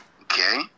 Okay